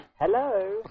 Hello